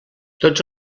tots